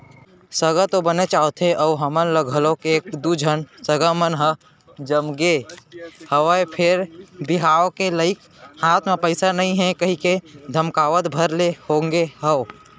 सगा तो बनेच आवथे अउ हमन ल घलौ एक दू झन सगा मन ह जमगे हवय फेर बिहाव के लइक हाथ म पइसा नइ हे कहिके धकमकावत भर ले होगे हंव